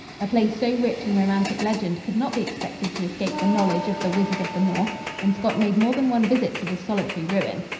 a place so rich in romantic legend could not be expected to escape the knowledge of the wizard of the north and scott made more than one visit to this solitary ruin.